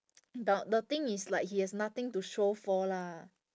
but the thing is like he has nothing to show for lah